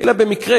אלא במקרה,